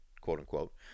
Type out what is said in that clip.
quote-unquote